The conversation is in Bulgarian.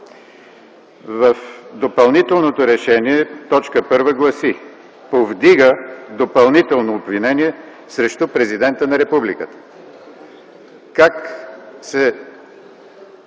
В допълнителното решение т. 1 гласи: „Повдига допълнително обвинение срещу Президента на Републиката”.